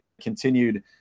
continued